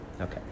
Okay